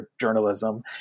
journalism